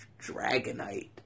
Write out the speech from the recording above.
Dragonite